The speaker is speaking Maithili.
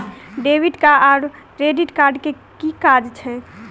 डेबिट कार्ड आओर क्रेडिट कार्ड केँ की काज छैक?